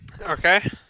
Okay